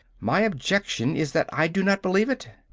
my objection is that i do not believe it.